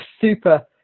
super